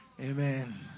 Amen